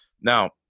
Now